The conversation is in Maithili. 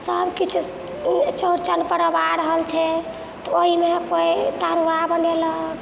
सबकिछु चौरचन परव आ रहल छै तऽ ओहिमे कोइ तरुआ बनेलक